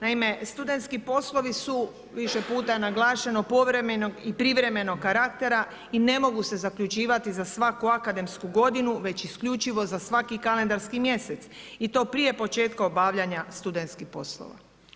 Naime, studentski poslovi, su više puta naglašeno, povremenog i privremenog karaktera i ne mogu se zaključivati za svaku akademsku g. već isključivo za svaki kalendarski mjesec i to prije početka obavljanja studentskih poslova.